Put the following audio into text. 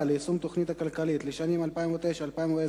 ליישום התוכנית הכלכלית לשנים 2009 ו-2010),